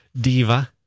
diva